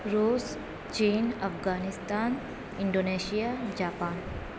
روس چین Afghanistan Indonesia Japan